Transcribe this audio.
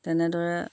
তেনেদৰে